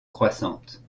croissante